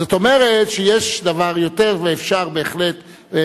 זאת אומרת שאפשר בהחלט.